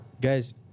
Guys